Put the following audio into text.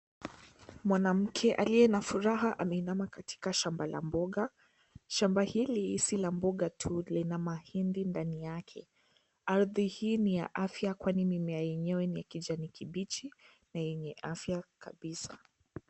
Mwanamke alie na furaha ameinama katika shamba la mboga shamba hili si la mboga tu lina mahindi ndani yake. Ardhi hii ni ya afia kwani mimea yenyewe ni ya kijani kibichi na yenye afia kabisa.